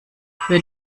für